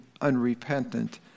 unrepentant